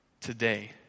Today